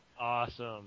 Awesome